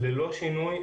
ללא שינוי,